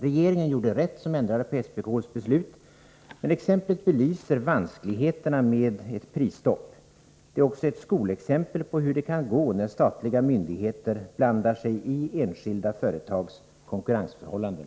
Regeringen gjorde rätt som ändrade på SPK:s beslut. Men exemplet belyser vanskligheterna med ett prisstopp. Det är också ett skolexempel på hur det kan gå när statliga myndigheter blandar sig i enskilda företags konkurrensförhållanden.